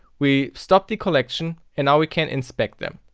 we stop the collection and now we can inspect them.